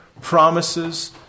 promises